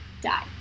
die